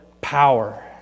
power